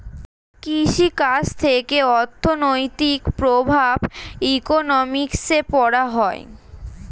কৃষি কাজ থেকে অর্থনৈতিক প্রভাব ইকোনমিক্সে পড়া হয়